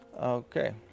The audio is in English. Okay